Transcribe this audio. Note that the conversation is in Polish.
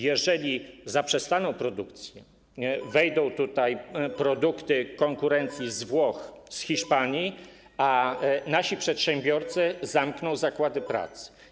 Jeżeli zaprzestaną produkcji, wejdą tutaj produkty konkurencji z Włoch, z Hiszpanii, a nasi przedsiębiorcy zamkną zakłady pracy.